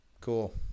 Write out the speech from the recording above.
Cool